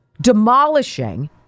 demolishing